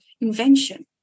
invention